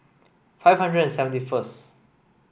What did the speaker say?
five hundred and seventy first